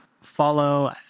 Follow